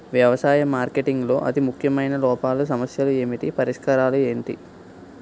వ్యవసాయ మార్కెటింగ్ లో అతి ముఖ్యమైన లోపాలు సమస్యలు ఏమిటి పరిష్కారాలు ఏంటి?